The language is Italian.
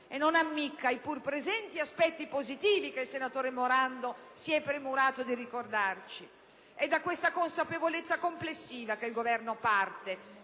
né ammicca ai pur presenti aspetti positivi che il senatore Morando si è premurato di ricordarci. E' da questa consapevolezza complessiva che il Governo parte